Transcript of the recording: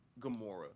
Gamora